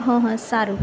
હ હ સારું